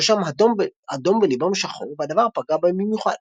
ראשם אדום וליבם שחור והדבר פגע בהם במיוחד.